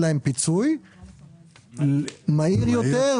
פיצוי מהיר יותר,